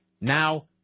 now